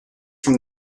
from